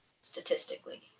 statistically